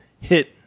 hit